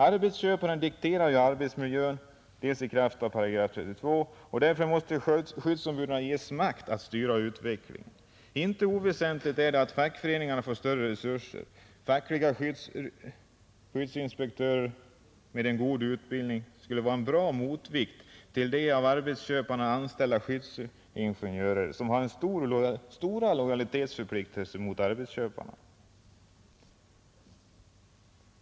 Arbetsköparen dikterar arbetsmiljön i kraft av § 32 och därför måste skyddsombuden ges makt att styra utvecklingen. Inte oväsentligt är det att fackföreningarna får större resurser. Fackliga skyddsinspektörer med god utbildning skulle vara en bra motvikt till de i dag av arbetsköparen anställda skyddsingenjörerna som har stora lojalitetsförpliktelser mot arbetsköparna.